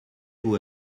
vous